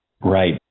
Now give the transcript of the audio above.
Right